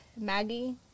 Maggie